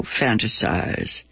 fantasize